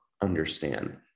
understand